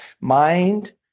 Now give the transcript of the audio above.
mind